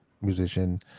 musician